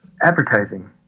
advertising